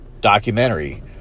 documentary